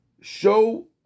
show